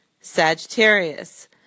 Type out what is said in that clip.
Sagittarius